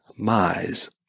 Mize